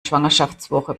schwangerschaftswoche